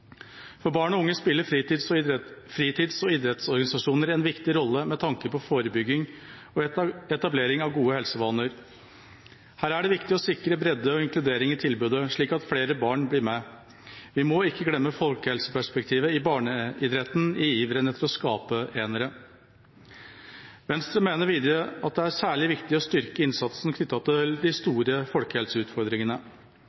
For barn og unge spiller fritids- og idrettsorganisasjoner en viktig rolle med tanke på forebygging og etablering av gode helsevaner. Her er det viktig å sikre bredde og inkludering i tilbudet, slik at flere barn blir med. Vi må ikke glemme folkehelseperspektivet i barneidretten i iveren etter å skape enere. Venstre mener videre at det er særlig viktig å styrke innsatsen knyttet til de